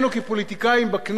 חברי חברי הכנסת,